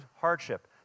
hardship